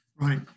Right